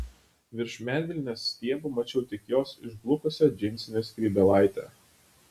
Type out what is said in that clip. virš medvilnės stiebų mačiau tik jos išblukusią džinsinę skrybėlaitę